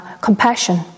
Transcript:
compassion